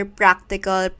practical